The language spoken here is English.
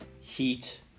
heat